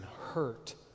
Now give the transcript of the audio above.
hurt